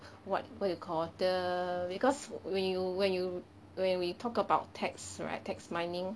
what what you call the because when you when you when we talk about text right text mining